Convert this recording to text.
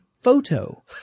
photo